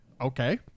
Okay